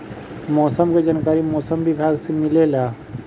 मौसम के जानकारी मौसम विभाग से मिलेला?